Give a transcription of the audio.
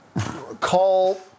call